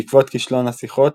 בעקבות כישלון השיחות,